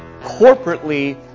corporately